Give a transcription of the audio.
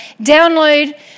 download